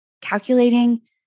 calculating